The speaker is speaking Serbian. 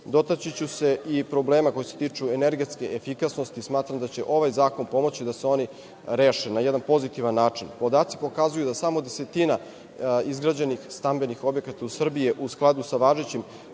ću se i problema koji se tiču energetske efikasnosti. Smatram da će ovaj zakon pomoći da se oni reše na jedan pozitivan način. Podaci pokazuju da samo desetina izgrađenih stambenih objekata u Srbiji je u skladu sa važećim